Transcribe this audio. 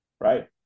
right